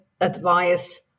advice